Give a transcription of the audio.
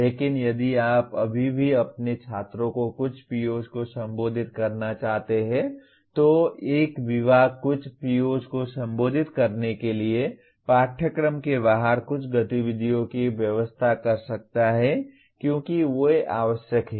लेकिन यदि आप अभी भी अपने छात्रों को कुछ POs को संबोधित करना चाहते हैं तो एक विभाग कुछ POs को संबोधित करने के लिए पाठ्यक्रम के बाहर कुछ गतिविधियों की व्यवस्था कर सकता है क्योंकि वे आवश्यक हैं